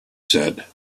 said